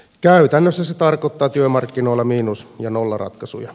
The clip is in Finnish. käytännössä se tarkoittaa työmarkkinoilla miinus ja nollaratkaisuja